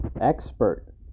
expert